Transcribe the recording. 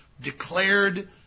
declared